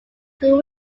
could